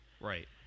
Right